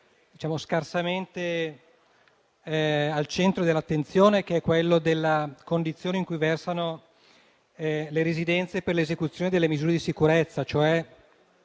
che è scarsamente al centro dell'attenzione, che è quello della condizione in cui versano le residenze per l'esecuzione delle misure di sicurezza